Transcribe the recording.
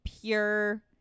pure